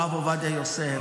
הרב עובדיה יוסף,